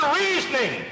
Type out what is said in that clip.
reasoning